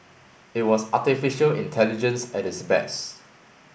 it was artificial intelligence at its best